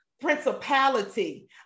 principality